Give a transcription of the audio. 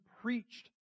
preached